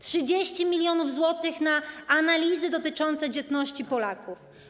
30 mln zł na analizy dotyczące dzietności Polaków.